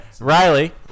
Riley